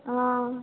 हँ